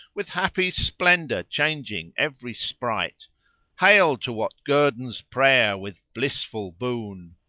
with happy splendour changing every sprite hail to what guerdons prayer with blissful! boon!